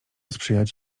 sprzyjać